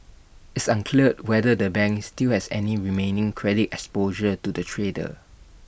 it's unclear whether the bank still has any remaining credit exposure to the trader